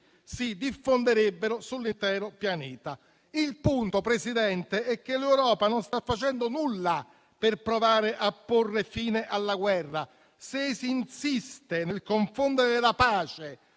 si diffonderebbero sull'intero pianeta. Il punto, Presidente, è che l'Europa non sta facendo nulla per provare a porre fine alla guerra. Se si insiste nel confondere la pace